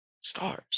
stars